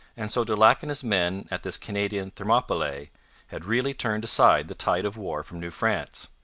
and so daulac and his men at this canadian thermopylae had really turned aside the tide of war from new france.